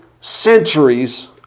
centuries